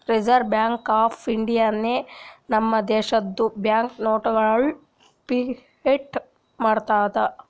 reserve bank of ಇಂಡಿಯಾನೆ ನಮ್ ದೇಶದು ಬ್ಯಾಂಕ್ ನೋಟ್ಗೊಳ್ ಪ್ರಿಂಟ್ ಮಾಡ್ತುದ್